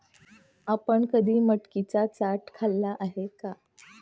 आपण कधी मटकीची चाट खाल्ली आहे का?